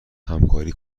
همکاری